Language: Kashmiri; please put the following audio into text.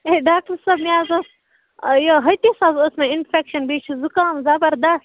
ہے ڈاکٹر صٲب مےٚ حظ اوس ٲں یہِ ہٹِس حظ اوس مےٚ اِنفیٚکشَن بیٚیہِ چھُ زُکام زَبردست